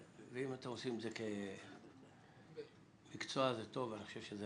ואם אתם עושים את זה כמקצוע, זה טוב ואני חושב שזה